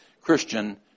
Christian